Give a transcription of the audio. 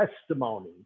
testimony